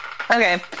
Okay